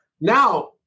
Now